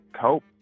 cope